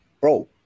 bro